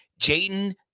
Jaden